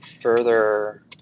further